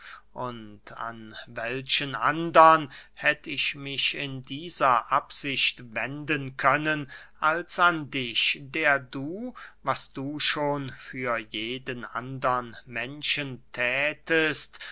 und an welchen andern hätt ich mich in dieser absicht wenden können als an dich der du was du schon für jeden andern menschen thätest